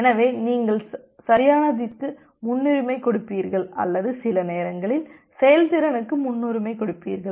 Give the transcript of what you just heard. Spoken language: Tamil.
எனவே நீங்கள் சரியானதிற்கு முன்னுரிமை கொடுப்பீர்கள் அல்லது சில நேரங்களில் செயல்திறனுக்கு முன்னுரிமை கொடுப்பீர்கள்